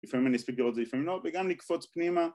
‫לפעמים אני אסביר את זה, ‫לפעמים לא, וגם לקפוץ פנימה.